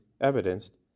evidenced